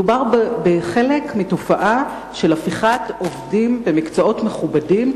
מדובר בחלק מתופעה של הפיכת עובדים במקצועות הנחשבים מכובדים,